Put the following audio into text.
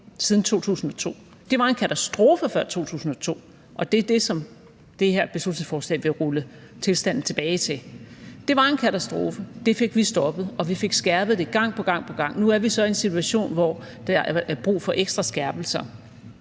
siden 2002. Det var en katastrofe før 2002, og det er det, som det her beslutningsforslag vil rulle tilstanden tilbage til. Det var en katastrofe. Det fik vi stoppet, og vi fik skærpet det gang på gang på gang. Nu er vi så i en situation, hvor der er brug for ekstra skærpelser.